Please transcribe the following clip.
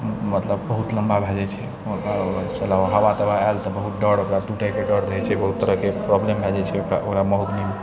मतलब बहुत लम्बा भए जाइ छै हवा तवा आयल तऽ बहुत डारि टुटैके डर रहै छै बहुत तरहके प्रॉब्लम भए जाइ छै ओकरा ओकरामे महोगनीमे